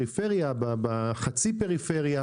היא היתה מיותרת אלא על הפריפריה וחצי הפריפריה.